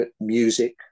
music